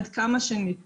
עד כמה שניתן,